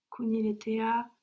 Kuniletea